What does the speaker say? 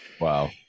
wow